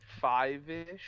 five-ish